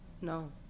No